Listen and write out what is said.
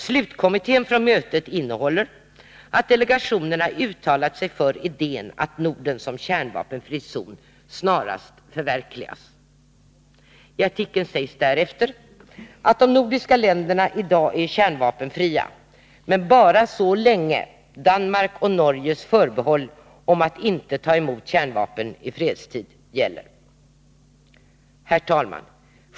Slutkommunikén från mötet innehåller ett avsnitt där delegationerna uttalar sig för idén att Norden som kärnvapenfri zon snarast förverkligas. I artikeln sägs därefter att de nordiska länderna i dag är kärnvapenfria — men bara så länge Danmarks och Norges förbehåll om att inte ta emot kärnvapen i fredstid gäller. Herr talman!